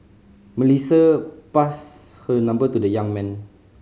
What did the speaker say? Melissa passed her number to the young man